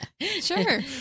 Sure